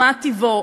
מה טיבו?